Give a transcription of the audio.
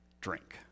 drink